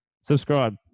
subscribe